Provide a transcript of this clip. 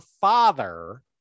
father